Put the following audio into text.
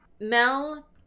Mel